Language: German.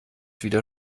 wieder